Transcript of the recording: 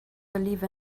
believe